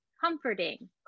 comforting